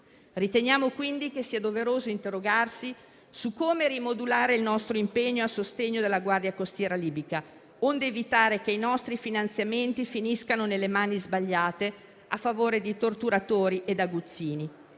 Riteniamo quindi che sia doveroso interrogarsi su come rimodulare il nostro impegno a sostegno della Guardia costiera libica, onde evitare che i nostri finanziamenti finiscano nelle mani sbagliate a favore di torturatori ed aguzzini.